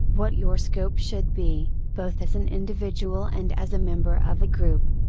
what your scope should be, both as an individual and as a member of a group,